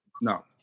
no